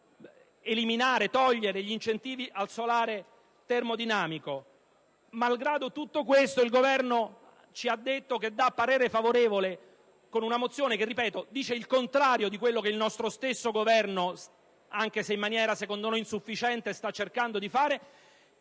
eliminare gli incentivi al solare termodinamico. Malgrado tutto ciò, il Governo ci ha detto che esprime parere favorevole ad una mozione che, ripeto, afferma il contrario di quello che esso stesso, anche se in maniera secondo me insufficiente, sta cercando di fare,